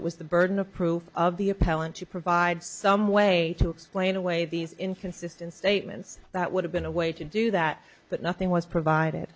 it was the burden of proof of the appellant to provide some way to explain away these inconsistent statements that would have been a way to do that but nothing was provided